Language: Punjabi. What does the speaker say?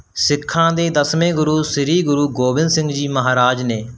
ਸਿੱਖਾਂ ਦੇ ਦਸਵੇਂ ਗੁਰੂ ਸ੍ਰੀ ਗੁਰੂ ਗੋਬਿੰਦ ਸਿੰਘ ਜੀ ਮਹਾਰਾਜ ਨੇ